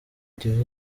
gihe